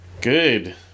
Good